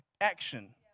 action